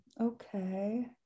Okay